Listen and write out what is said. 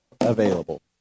available